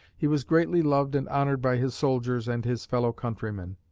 he was greatly loved and honored by his soldiers and his fellow countrymen.